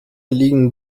liegen